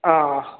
ആ